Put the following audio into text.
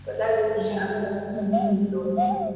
ꯀꯗꯥꯏꯗꯩ T shirt ꯑꯃꯗ ꯆꯍꯨꯝ ꯄꯤꯔꯗꯤ ꯂꯣꯏꯔꯦꯅꯦ